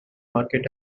market